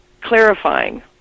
clarifying